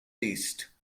east